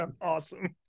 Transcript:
awesome